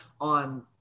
on